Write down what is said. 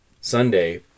Sunday